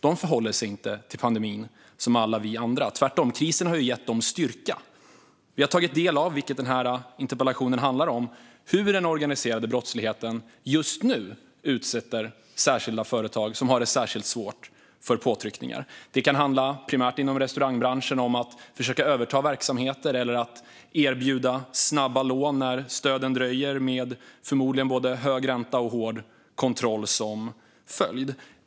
De förhåller sig inte till pandemin som alla vi andra. Tvärtom har krisen gett dem styrka. Vi tar del av hur den organiserade brottsligheten just nu utsätter företag som har det särskilt svårt för påtryckningar. Inom exempelvis restaurangbranschen handlar det om att försöka överta verksamheter eller, när stöden dröjer, erbjuda snabba lån med förmodligen både hög ränta och hård kontroll som följd.